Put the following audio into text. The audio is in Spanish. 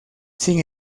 sin